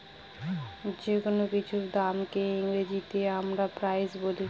যেকোনো কিছুর দামকে ইংরেজিতে আমরা প্রাইস বলি